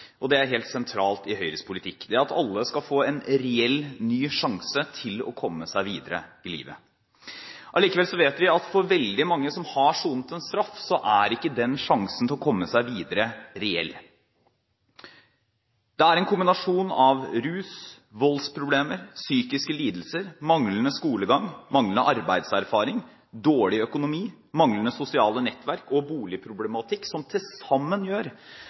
Det er helt sentralt i Høyres politikk at alle skal få en reell ny sjanse til å komme seg videre i livet. Likevel vet vi at for veldig mange som har sonet en straff, er ikke sjansen til å komme seg videre reell. Det er en kombinasjon av rus, voldsproblemer, psykiske lidelser, manglende skolegang, manglende arbeidserfaring, dårlig økonomi, manglende sosiale nettverk og boligproblematikk som til sammen gjør